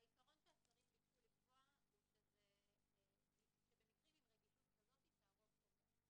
אבל העיקרון שהשרים ביקשו לקבוע שבמקרים עם רגישות כזו שהרוב קובע.